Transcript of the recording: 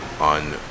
on